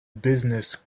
business